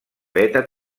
beta